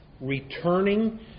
returning